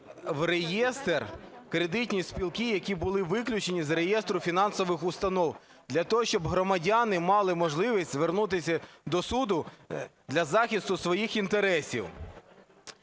в реєстр кредитні спілки, які були виключені з реєстру фінансових установ, для того щоб громадяни мали можливість звернутися до суду для захисту своїх інтересів?